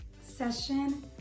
session